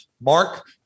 Mark